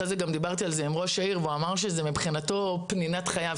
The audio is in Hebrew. אחרי זה גם דיברתי על זה עם ראש העיר והוא אמר שמבחינתו זו פנינת חייו.